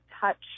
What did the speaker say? touch